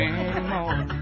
anymore